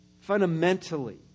fundamentally